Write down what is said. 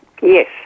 Yes